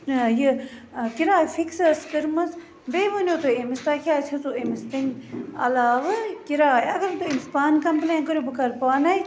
یہِ کِراے فِکٕس ٲس کٔرمٕژ بیٚیہِ ؤنِو تُہۍ أمِس تۄہہِ کیٛازِ ہیژُو أمِس تَمۍ علاوٕ کِراے اَگَر نہٕ تُہۍ أمِس پانہٕ کمپٕلین کٔرِو بہٕ کَرٕ پانَے